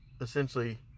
essentially